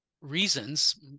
reasons